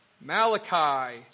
Malachi